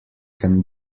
can